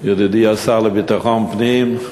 ידידי השר לביטחון פנים,